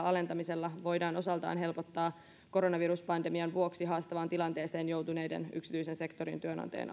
alentamisella voidaan osaltaan helpottaa koronaviruspandemian vuoksi haastavaan tilanteeseen joutuneiden yksityisen sektorin työnantajien